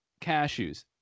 cashews